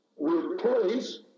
replace